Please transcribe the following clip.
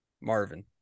Marvin